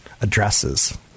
addresses